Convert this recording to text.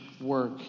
work